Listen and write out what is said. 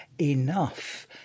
enough